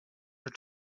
your